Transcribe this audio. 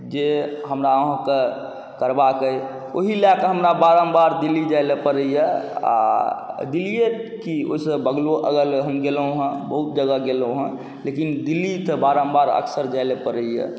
जे हमरा अहाँके करबाके अइ ओहि लऽ कऽ हमरा बारम्बार दिल्ली जाइलए पड़ैए आओर दिल्लिए कि ओहिसँ बगलो अगल हम गेलहुँ हँ बहुत जगह गेलहुँ हँ लेकिन दिल्ली तऽ बारम्बार अक्सर जाइलए पड़ैए